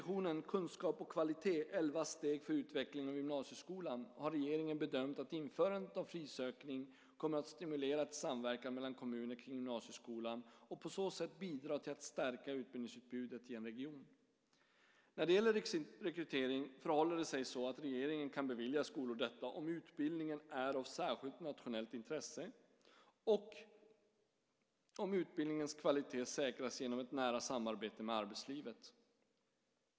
I Kunskap och kvalitet - elva steg för utvecklingen av gymnasieskolan , prop. 2003/04:140, har regeringen bedömt att införandet av frisökning kommer att stimulera till samverkan mellan kommuner kring gymnasieskolan och på så sätt bidra till att stärka utbildningsutbudet i en region. När det gäller riksrekrytering förhåller det sig så att regeringen kan bevilja skolor detta om utbildningen är av särskilt nationellt intresse och om utbildningens kvalitet säkras genom ett nära samarbete med arbetslivet, 5 kap. 9 § skollagen.